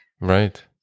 right